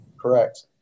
Correct